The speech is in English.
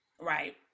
right